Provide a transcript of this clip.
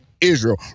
Israel